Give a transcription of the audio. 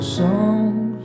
songs